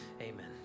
Amen